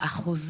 אולי חד